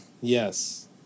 Yes